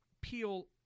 peel